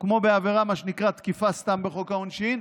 כמו בעבירה, מה שנקרא, "תקיפה סתם" בחוק העונשין.